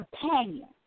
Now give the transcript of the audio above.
companion